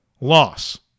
loss